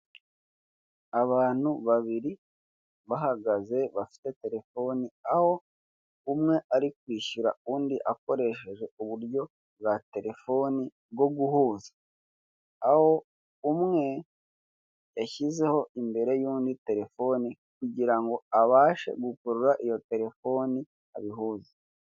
Abantu babiri bahagaze bafite telefoni aho umwe ari kwishyura undi akoresheje uburyo bwa telefone bwo guhuza, aho umwe yashyizeho imbere y'undi telefone kugira ngo abashe gukurura iyo telefoni abihuza.